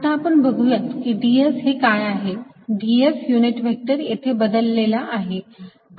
rsszz rdrsdssds or sszzdlsssdsdsszdzdzz आता आपण बघुयात ds हे काय आहे ds युनिट व्हेक्टर येथे बदलेला आहे